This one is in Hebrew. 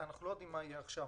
אנחנו לא יודעים מה יהיה עכשיו,